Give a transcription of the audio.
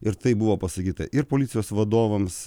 ir tai buvo pasakyta ir policijos vadovams